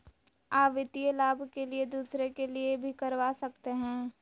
आ वित्तीय लाभ के लिए दूसरे के लिए भी करवा सकते हैं?